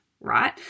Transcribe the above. Right